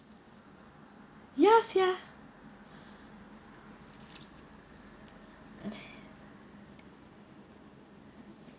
ya sia